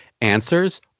answers